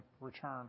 return